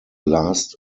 last